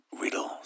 riddles